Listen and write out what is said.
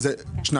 לגבי